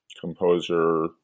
composer